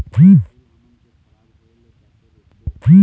फूल हमन के खराब होए ले कैसे रोकबो?